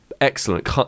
excellent